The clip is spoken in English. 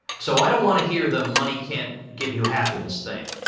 so, i don't want to hear the money can't give you happiness thing.